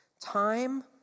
Time